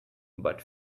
but